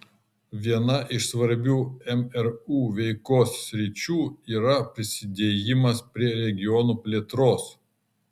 viena iš svarbių mru veikos sričių yra prisidėjimas prie regionų plėtros